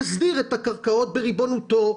יסדיר את הקרקעות בריבונותו.